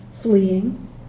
fleeing